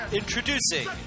introducing